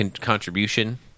contribution